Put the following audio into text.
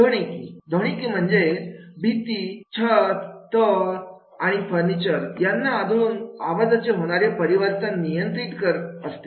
ध्वनिकी ध्वनिकी म्हणजे भिंती छत तळ आणि फर्निचर यांना आदळुन आवाजाचे होणारे परिवर्तन नियंत्रित करत असते